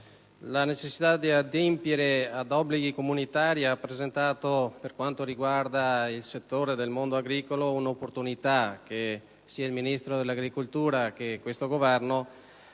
la necessità di adempiere ad obblighi comunitari ha rappresentato per il settore del mondo agricolo un'opportunità che, sia il Ministro dell'agricoltura sia questo Governo,